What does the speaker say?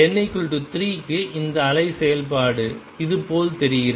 n 3 க்கு இந்த அலை செயல்பாடு இதுபோல் தெரிகிறது